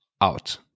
out